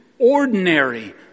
ordinary